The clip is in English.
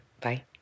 Bye